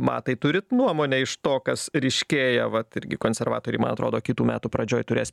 matai turit nuomonę iš to kas ryškėja vat irgi konservatoriai man atrodo kitų metų pradžioj turės